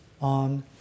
on